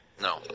No